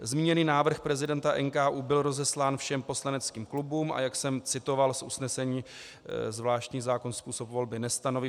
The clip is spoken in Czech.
Zmíněný návrh prezidenta NKÚ byl rozeslán všem poslaneckým klubům, a jak jsem citoval z usnesení, zvláštní zákon způsob volby nestanoví.